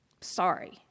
Sorry